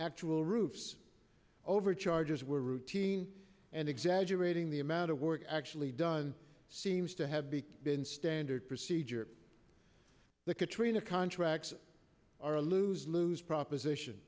actual roofs overcharges were routine and exaggerating the amount of work actually done seems to have been been standard siege or the katrina contracts are a lose lose proposition